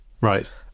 right